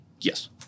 Yes